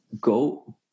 go